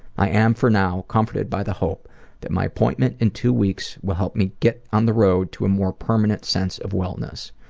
i am for now comforted by the hope that my appointment in two weeks will help me get on the road to a more permanent sense of wellness.